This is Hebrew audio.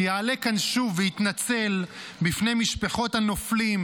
שיעלה לכאן שוב ויתנצל בפני משפחות הנופלים,